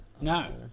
No